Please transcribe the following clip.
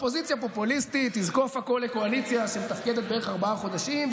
אופוזיציה פופוליסטית תזקוף הכול לקואליציה שמתפקדת בערך ארבעה חודשים,